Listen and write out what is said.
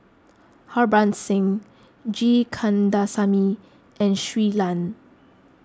Harbans Singh G Kandasamy and Shui Lan